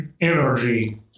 energy